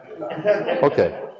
Okay